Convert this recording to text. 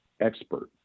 expert